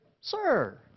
Sir